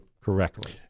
correctly